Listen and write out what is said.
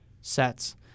sets